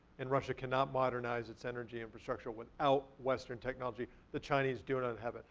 and russia cannot modernize its energy infrastructure without western technology. the chinese do not have it.